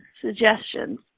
suggestions